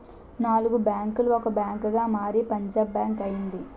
నాలుగు బ్యాంకులు ఒక బ్యాంకుగా మారి పంజాబ్ బ్యాంక్ అయింది